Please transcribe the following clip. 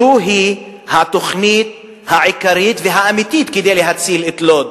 זוהי התוכנית העיקרית והאמיתית כדי להציל את לוד.